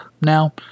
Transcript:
now